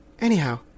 Anyhow